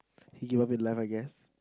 he give up in life I guess